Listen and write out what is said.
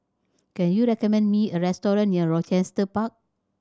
can you recommend me a restaurant near Rochester Park